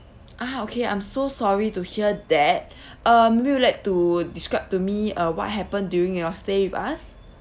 ah okay I'm so sorry to hear that um maybe you'd like to describe to me uh what happened during your stay with us